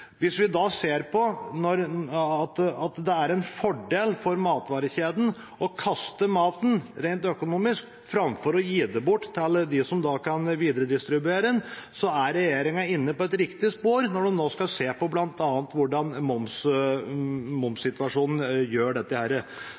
å kaste maten – rent økonomisk – framfor å gi den bort til dem som kan videredistribuere den. Regjeringa er inne på et riktig spor når de nå skal se på